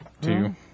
Two